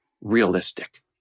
realistic